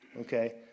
okay